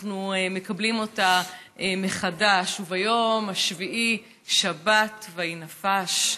אנחנו מקבלים אותה מחדש: "וביום השביעי שבת וינפש".